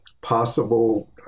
possible